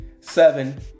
seven